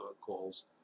calls